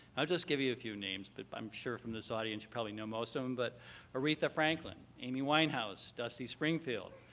i'll just give you a few names, but i'm sure, from this audience, you probably know most of them. but aretha franklin, amy winehouse, dusty springfield,